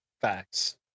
Facts